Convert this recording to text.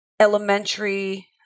elementary